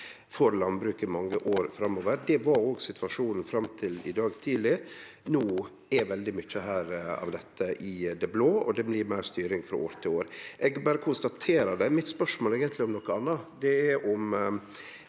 for landbruket i mange år framover. Det var òg situasjonen fram til i dag tidleg. No er veldig mykje av dette i det blå, og det blir meir styring frå år til år. Eg berre konstaterer det. Spørsmålet mitt er eigentleg om noko anna,